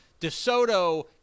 DeSoto